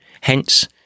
hence